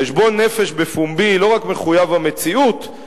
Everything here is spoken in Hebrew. חשבון נפש בפומבי לא רק מחויב המציאות,